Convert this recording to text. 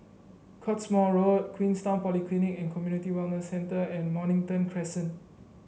Cottesmore Road Queenstown Polyclinic and Community Wellness Centre and Mornington Crescent